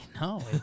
No